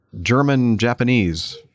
German-Japanese